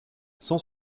cent